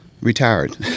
Retired